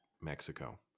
mexico